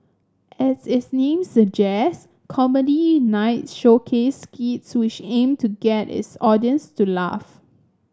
as its name suggest Comedy Night showcased skits which aimed to get its audience to laugh